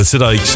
Today